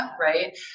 right